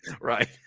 Right